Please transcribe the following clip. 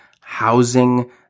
housing